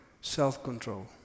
self-control